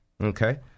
Okay